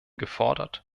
gefordert